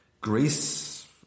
Greece